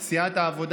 סיעת העבודה,